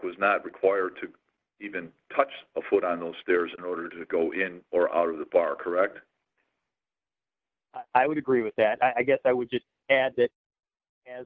was not required to even touch a foot on the stairs in order to go in or out of the bar correct i would agree with that i guess i would just